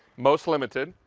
most limited.